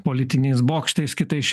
politiniais bokštais kitais